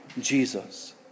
Jesus